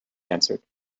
answered